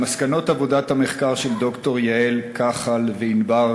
במסקנות עבודת המחקר של ד"ר יעל קחל וענבר